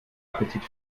appetit